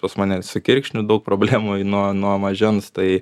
pas mane ir su kirkšniu daug problemų nuo nuo mažens tai